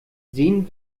sehen